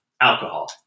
alcohol